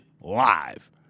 live